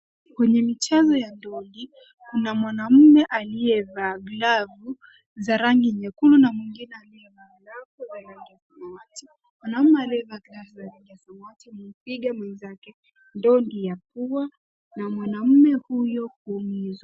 Kwenye michezo ya ndondi kuna mwanamme aliyevaa glavu, za yangi nyekundu na mwingine aliyevaa glavu za rangi ya samawati. Mwanaume aliyevaa glavu za rangi ya samawati , anampiga mwenzake ndondi ya pua, na mwanamme huyo kuumizwa.